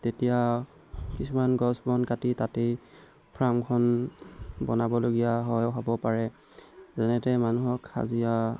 তেতিয়া কিছুমান গছ বন কাটি তাতেই ফ্ৰামখন বনাবলগীয়া হয় হ'ব পাৰে যেনেকৈ মানুহক হাজিৰা